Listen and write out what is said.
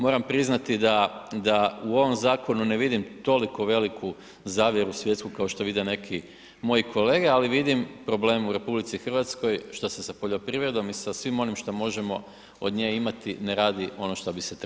Moram priznati da u ovom zakonu ne vidim toliko veliku zavjeru svjetsku kao što vide neki moji kolege, ali vidim problem u RH što se sa poljoprivredom i sa svim onim što možemo od nje imati, ne radi ono što bi se trebalo.